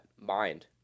mind